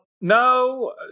no